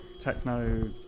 techno